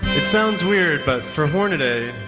it sounds weird but for hornaday,